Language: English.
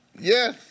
Yes